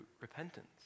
repentance